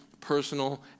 personal